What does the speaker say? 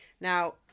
Now